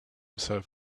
into